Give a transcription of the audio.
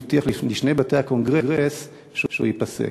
הבטיח לשני בתי הקונגרס שהוא ייפסק.